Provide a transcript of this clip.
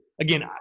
Again